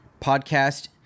Podcast